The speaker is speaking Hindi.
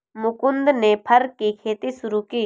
मुकुन्द ने फर की खेती शुरू की